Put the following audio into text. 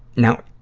now?